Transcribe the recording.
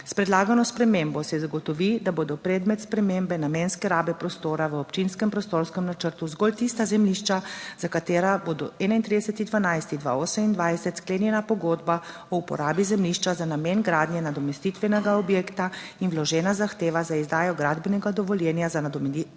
S predlagano spremembo se zagotovi, da bodo predmet spremembe namenske rabe prostora v občinskem prostorskem načrtu zgolj tista zemljišča, za katera bo do 31. 12. 2028 sklenjena pogodba o uporabi zemljišča za namen gradnje nadomestitvenega objekta in vložena zahteva za izdajo gradbenega dovoljenja za nadomestitveni